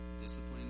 discipline